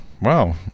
wow